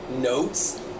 notes